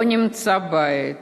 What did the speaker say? לא נמצאו בית